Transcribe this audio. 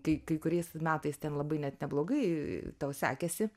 kai kai kuriais metais ten labai net neblogai tau sekėsi